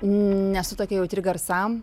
nesu tokia jautri garsam